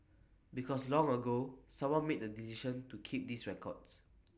because long ago someone made the decision to keep these records